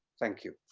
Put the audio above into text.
thank you.